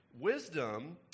Wisdom